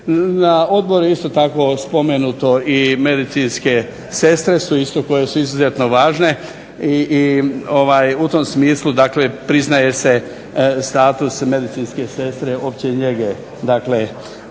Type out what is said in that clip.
Na odboru je isto tako spomenuto i medicinske sestre su isto koje su izuzetno važne. I u tom smislu dakle priznaje se status medicinske sestre opće njege.